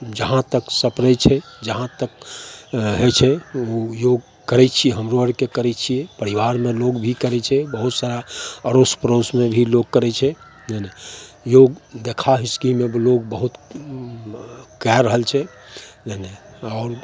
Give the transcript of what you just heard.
जहाँ तक सपरे छै जहाँ तक होइ छै योग करय छियै हमरो अरके करय छियै परिवारमे लोग भी करय छै बहुत सारा अड़ोस पड़ोसमे भी लोग करय छै नहि नहि योग देखा हिकसीमे भी लोग बहुत कए रहल छै नहि नहि आओर